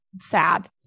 sad